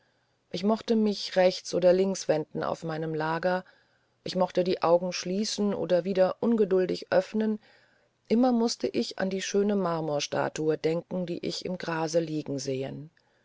ich mochte mich rechts oder links wenden auf meinem lager ich mochte die augen schließen oder wieder ungeduldig öffnen immer mußte ich an die schöne marmorstatue denken die ich im grase liegen sehen